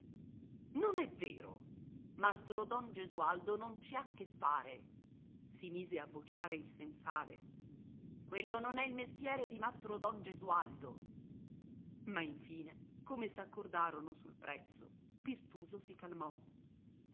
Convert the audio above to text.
non è vero mastro don gesualdo non ci ha che fare si mise a vociare il sensale quello non è il mestiere di mastro don gesualdo ma infine come s'accordarono sul prezzo pirtuso si calmò